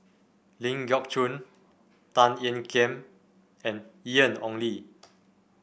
Ling Geok Choon Tan Ean Kiam and Ian Ong Li